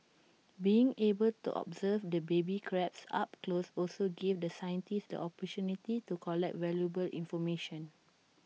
being able to observe the baby crabs up close also gave the scientists the opportunity to collect valuable information